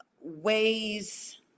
ways